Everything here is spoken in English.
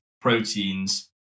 proteins